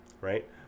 right